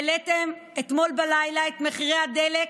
העליתם אתמול בלילה את מחירי הדלק,